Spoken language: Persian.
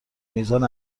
میزان